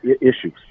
issues